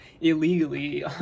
illegally